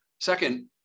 Second